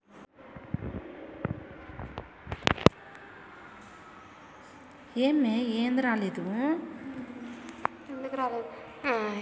ఇతర దేశాల కంటే భారతదేశం అరటిని ఎక్కువగా పండిస్తుంది